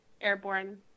airborne